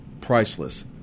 priceless